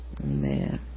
Amen